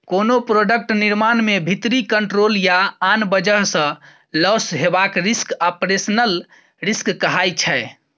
कोनो प्रोडक्ट निर्माण मे भीतरी कंट्रोल या आन बजह सँ लौस हेबाक रिस्क आपरेशनल रिस्क कहाइ छै